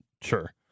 sure